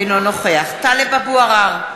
אינו נוכח טלב אבו עראר,